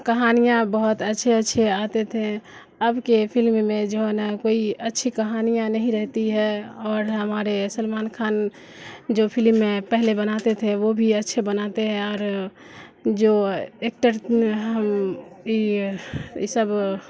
کہانیاں بہت اچھے اچھے آتے تھے اب کے فلم میں جو ہے نا کوئی اچھی کہانیاں نہیں رہتی ہے اور ہمارے سلمان خان جو فلمیں پہلے بناتے تھے وہ بھی اچھے بناتے ہیں اور جو ایکٹر ہم یہ یہ سب